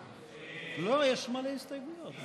לא, יש מלא הסתייגויות.